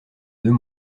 deux